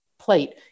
plate